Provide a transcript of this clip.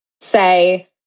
say